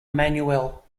emmanuel